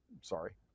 sorry